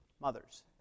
Mothers